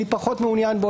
מי פחות מעוניין בו,